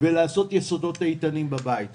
ולעשות יסודות איתנים בבית הזה.